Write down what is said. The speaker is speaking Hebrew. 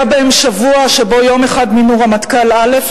היה בהם שבוע שבו יום אחד מינו רמטכ"ל א',